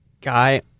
Guy